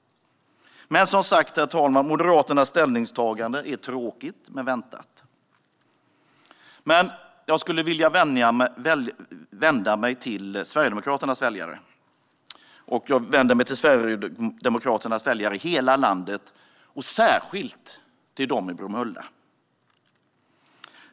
Moderaternas ställningstagande är som sagt tråkigt men väntat, herr talman. Men jag skulle vilja vända mig till Sverigedemokraternas väljare. Jag vänder mig till Sverigedemokraternas väljare i hela landet - och särskilt till dem i Bromölla.